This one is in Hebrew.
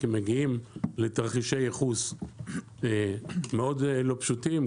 כי יש תרחישי ייחוס מאוד לא פשוטים,